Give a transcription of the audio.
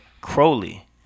Crowley